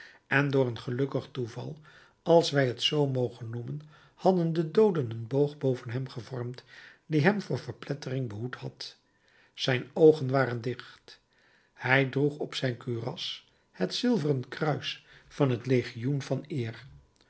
en door een gelukkig toeval als wij t zoo mogen noemen hadden de dooden een boog boven hem gevormd die hem voor verplettering behoed had zijn oogen waren dicht hij droeg op zijn kuras het zilveren kruis van het legioen van eer